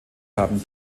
haben